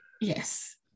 yes